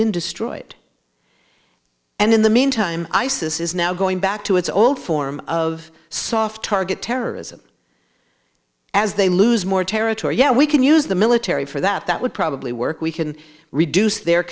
been destroyed and in the meantime isis is now going back to its old form of soft target terrorism as they lose more territory yeah we can use the military for that that would probably work we can reduce their